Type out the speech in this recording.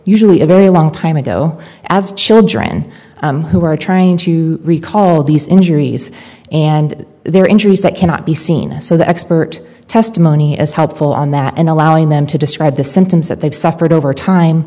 usually a very long time ago as children who are trying to recall these injuries and their injuries that cannot be seen so the expert testimony is helpful on that and allowing them to describe the symptoms that they've suffered over time